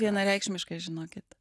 vienareikšmiškai žinokit